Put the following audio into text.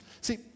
See